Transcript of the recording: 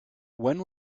when